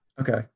Okay